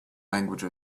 language